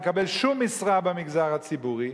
לקבל שום משרה במגזר הציבורי?